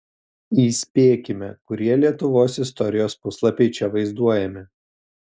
įspėkime kurie lietuvos istorijos puslapiai čia vaizduojami